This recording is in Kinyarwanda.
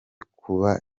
kuba